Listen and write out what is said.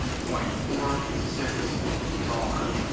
point four six bar.